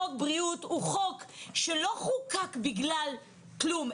חוק בריאות שלא חוקק בגלל כלום,